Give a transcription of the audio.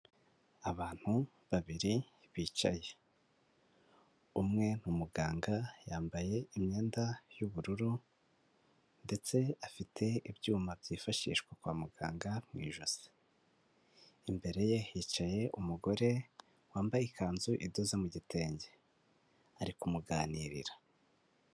Abantu babiri bicaye, umwe ni umuganga yambaye imyenda y'ubururu ndetse afite ibyuma byifashishwa kwa muganga mu ijosi. Imbere ye hicaye umugore wambaye ikanzu idoze mu gitenge, ari kumuganirira.